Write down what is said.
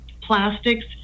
Plastics